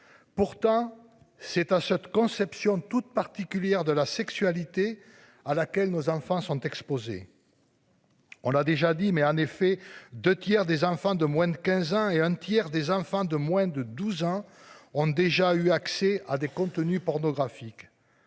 Pourtant c'est à cette conception toute particulière de la sexualité, à laquelle nos enfants sont exposés. On a déjà dit, mais en effet 2 tiers des enfants de moins de 15 ans et un tiers des enfants de moins de 12 ans ont déjà eu accès à des contenus pornographiques.